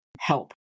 help